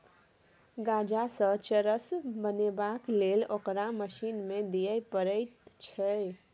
गांजासँ चरस बनेबाक लेल ओकरा मशीन मे दिए पड़ैत छै